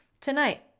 tonight